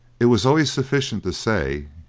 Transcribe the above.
it was always sufficient to say,